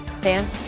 Dan